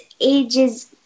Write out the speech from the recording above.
ages